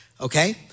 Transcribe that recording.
okay